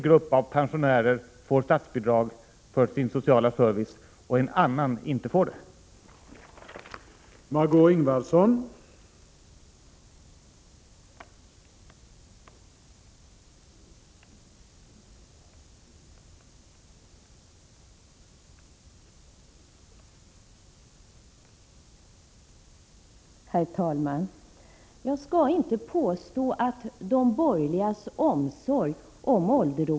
Utskottet har också i tidigare skrivningar påpekat att Svenska kommunförbundets rekommendationer om hemhjälpstaxor i större utsträckning borde följas av kommunerna.